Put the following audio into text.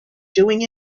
doing